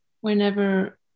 whenever